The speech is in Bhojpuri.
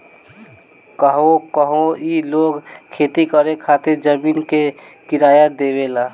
कहवो कहवो ई लोग खेती करे खातिर जमीन के किराया देवेला